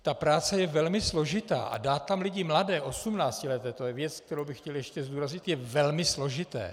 Ta práce je velmi složitá, a dát tam lidi mladé, osmnáctileté to je věc, kterou bych chtěl ještě zdůraznit je velmi složité.